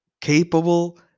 capable